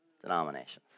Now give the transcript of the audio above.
denominations